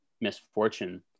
misfortune